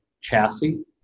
chassis